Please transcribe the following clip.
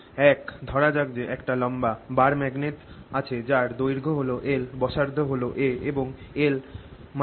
1 ধরা যাক যে একটা লম্বা বার ম্যাগনেট আছে যার দৈর্ঘ্য হল L ব্যাসার্ধ হল a এবং L a